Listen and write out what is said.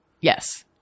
Yes